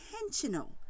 intentional